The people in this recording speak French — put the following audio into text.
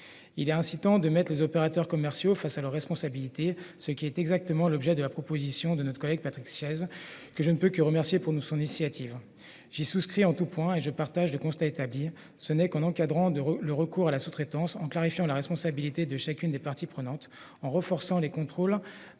Il est donc temps de mettre les opérateurs commerciaux face à leurs responsabilités. Tel est précisément l'objet de la proposition de loi de notre collègue Patrick Chaize, que je ne peux que remercier pour son initiative. J'y souscris en tout point et je partage le constat établi : ce n'est qu'en encadrant le recours à la sous-traitance, en clarifiant la responsabilité de chacune des parties prenantes, en renforçant les contrôles